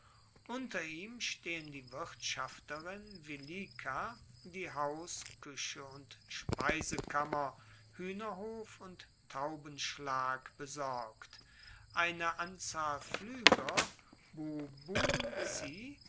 unter ihm stehen die wirtschafterin vilica die haus kueche und speisekammer huehnerhof und taubenschlag besorgt eine anzahl pflueger